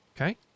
Okay